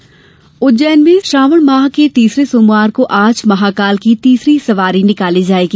महाकाल सवारी उज्जैन में श्रावण माह के तीसरे सोमवार को आज महाकाल की तीसरी सवारी निकाली जाएगी